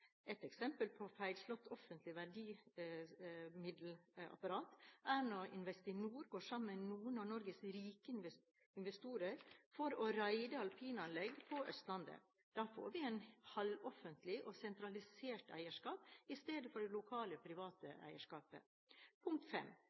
Et eksempel på feilslått offentlig virkemiddelapparat er når Investinor går sammen med noen av Norges rike investorer for å raide alpinanlegg på Østlandet. Da får vi et halvoffentlig og sentralisert eierskap i stedet for det lokale, private